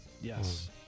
Yes